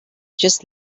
just